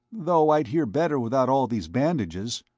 though i'd hear better without all these bandages,